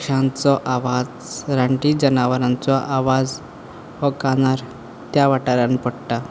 पक्षांचो आवाज रानटीं जनावरांचो आवाज हो कानार त्या वाटारान पडटा